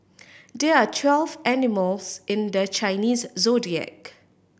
there are twelve animals in the Chinese Zodiac